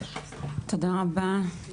תודה רבה, פנינה.